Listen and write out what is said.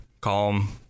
calm